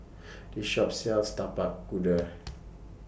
This Shop sells Tapak Kuda